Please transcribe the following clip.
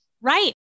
right